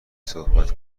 صحبت